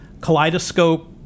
kaleidoscope